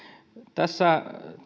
tässä